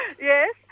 Yes